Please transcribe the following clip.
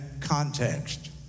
context